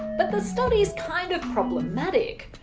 but the study's kind of problematic.